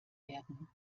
werden